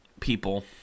People